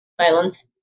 violence